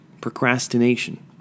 procrastination